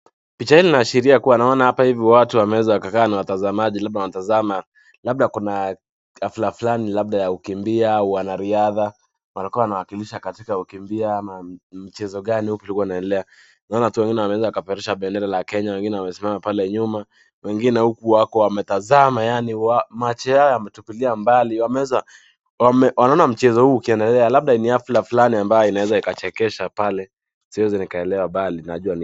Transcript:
Picha hii inaashiria kuwa naona hapa hivi watu wameweza wakakaa na watazamaji labda wanatazama labda kuna hafla fulani labda ya ukimbia au wanariadha. Walikuwa wanawakilisha katika ukimbia ama mchezo gani upi ulikuwa unaendelea. Naona watu wengine wameweza wakapeperusha bendera la Kenya, wengine wamesimama pale nyuma. Wengine huku wako wametazama yaani macho yao yametupilia mbali. Wameweza wanaona mchezo huu ukiendelea labda ni hafla fulani ambayo inaweza ikachekesha pale. Siwezi nikaelewa bali najua.